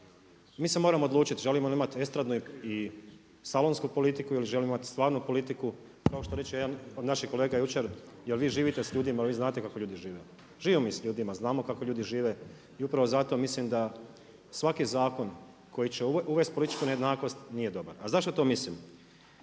Mi se moramo odlučiti želimo ili imati estradnu i salonsku politiku ili želimo imati stvarnu politiku. Kao što reče jedan od naših kolega jučer jer vi živite s ljudima, vi znate kako ljudi žive. Živimo mi s ljudima, znamo kako ljudi žive i upravo zato mislim da svaki zakon koji će uvesti političku nejednakost nije dobar. A zašto to mislim?